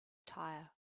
tire